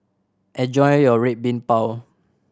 enjoy your Red Bean Bao